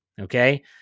okay